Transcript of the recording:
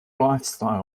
lifestyle